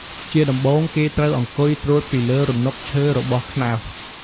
ជាដំបូង គេត្រូវអង្គុយត្រួតពីលើរនុកឈើរបស់ខ្នោស។